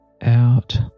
out